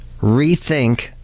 rethink